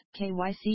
KYC